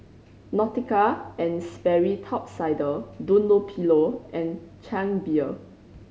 Nautica and Sperry Top Sider Dunlopillo and Chang Beer